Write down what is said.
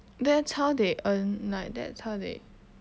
that's how they earn like that's how they